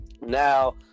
now